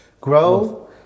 Grow